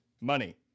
money